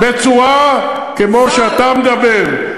בצורה כמו שאתה מדבר.